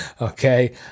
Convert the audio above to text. Okay